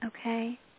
Okay